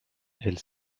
elle